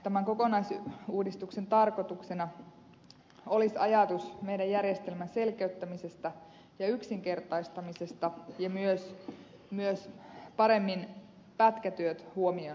tämän kokonaisuudistuksen tarkoituksena olisi ajatus meidän järjestelmämme selkeyttämisestä ja yksinkertaistamisesta ja myös muuttamisesta paremmin pätkätyöt huomioon ottavaksi